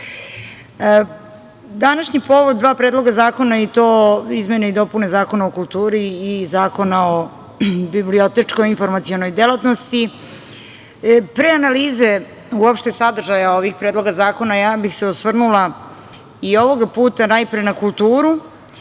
Današnji povod, dva predloga zakona, i to izmene i dopune Zakona o kulturi i Zakona o bibliotečko-informacionoj delatnosti. Pre analize uopšte sadržaja ovih predloga zakona, osvrnula bih se i ovoga puta najpre na kulturu,